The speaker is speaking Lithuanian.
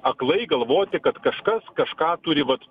aklai galvoti kad kažkas kažką turi vat